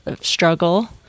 struggle